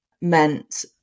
meant